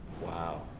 wow